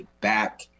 back